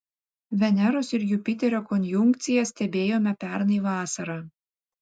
veneros ir jupiterio konjunkciją stebėjome pernai vasarą